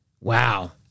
Wow